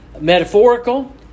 metaphorical